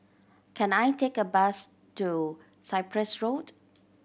can I take a bus to Cyprus Road